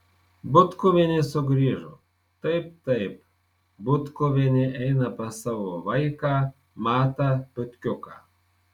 butkuvienė sugrįžo taip taip butkuvienė eina pas savo vaiką matą butkiuką